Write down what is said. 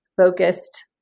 focused